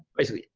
basically,